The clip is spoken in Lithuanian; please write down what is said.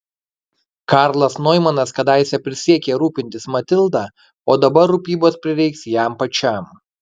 karlas noimanas kadaise prisiekė rūpintis matilda o dabar rūpybos prireiks jam pačiam